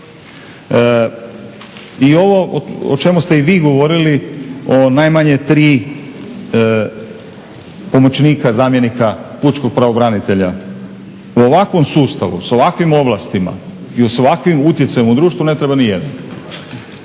I ovo o čemu ste i vi govorili o najmanje tri pomoćnika zamjenika pučkog pravobranitelja. U ovakvom sustavu s ovakvim ovlastima i s ovakvim utjecajem u društvu ne treba nijedan.